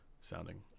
sounding